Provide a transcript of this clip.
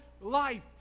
life